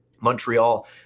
Montreal